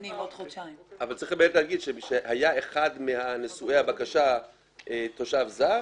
צריך לומר שהיה אחד מנשואי הבקשה תושב זר,